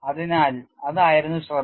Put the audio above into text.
അതിനാൽ അതായിരുന്നു ശ്രദ്ധ